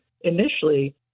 initially